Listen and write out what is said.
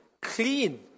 clean